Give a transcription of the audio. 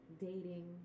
dating